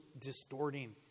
distorting